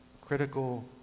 critical